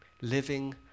Living